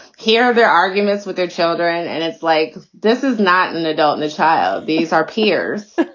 hear their arguments with their children? and it's like this is not an adult and child. these are peers.